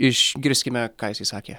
išgirskime ką jisai sakė